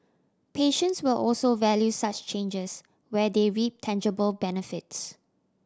patients will also value such changes where they reap tangible benefits